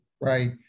right